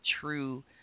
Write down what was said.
true